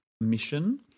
mission